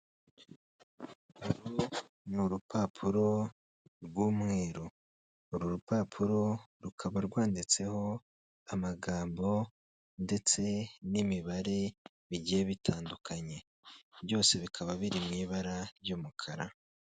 Ni urupapuro rw'umweru uru rupapuro rukaba rwanditseho amagambo ndetse n'imibare bigiye bitandukanye byose bikaba biri mu ibara ry'umukara.